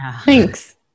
thanks